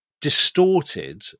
distorted